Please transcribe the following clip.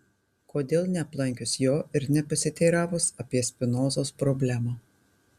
kodėl neaplankius jo ir nepasiteiravus apie spinozos problemą